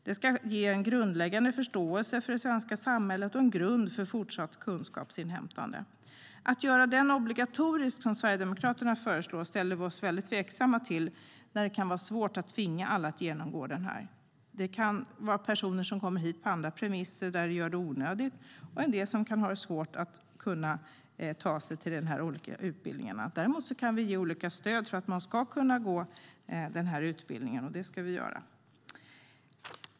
Den ska ge en grundläggande förståelse för det svenska samhället och en grund för fortsatt kunskapsinhämtande. Att göra den obligatorisk, som Sverigedemokraterna föreslår, ställer vi oss tveksamma till eftersom det kan vara svårt att tvinga alla att genomgå den. Det kan vara personer som kommer hit på andra premisser, vilket gör det onödigt, och en del kan ha svårt att ta sig till de olika utbildningarna. Däremot kan vi ge olika stöd för att kunna gå utbildningen, och det ska vi göra.